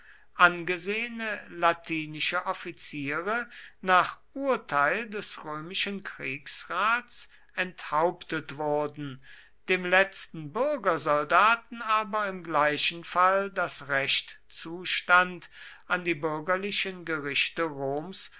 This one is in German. angesehene latinische offiziere nach urteil des römischen kriegsrats enthauptet wurden dem letzten bürgersoldaten aber im gleichen fall das recht zustand an die bürgerlichen gerichte roms